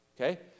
Okay